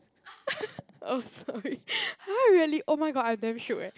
oh sorry !huh! really oh my god I'm damn shook eh